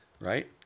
right